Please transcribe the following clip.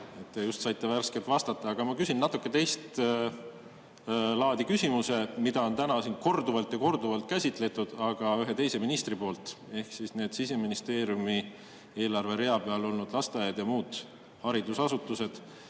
just saite värskelt vastata, aga ma küsin natuke teistlaadi küsimuse, mida on täna siin korduvalt ja korduvalt käsitletud, aga ühe teise ministri poolt, ehk need Siseministeeriumi eelarverea peal olnud lasteaiad ja muud haridusasutused.